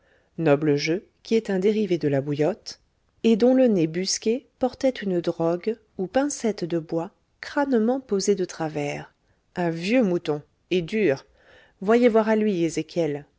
et dont le nez busqué portait une drogue ou pincette de bois crânement posée de travers un vieux mouton et dur voyez voir à lui